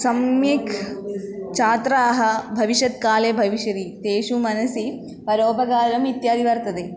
सम्यक् छात्राः भविष्यत्काले भविष्यति तेषु मनसि परोपकारम् इत्यादि वर्तते